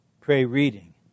pray-reading